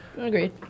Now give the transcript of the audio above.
Agreed